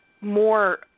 more